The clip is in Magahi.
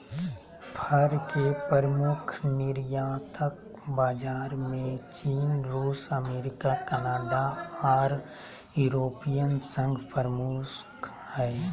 फर के प्रमुख निर्यातक बाजार में चीन, रूस, अमेरिका, कनाडा आर यूरोपियन संघ प्रमुख हई